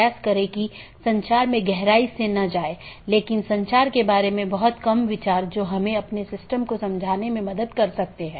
तो इस ईजीपी या बाहरी गेटवे प्रोटोकॉल के लिए लोकप्रिय प्रोटोकॉल सीमा गेटवे प्रोटोकॉल या BGP है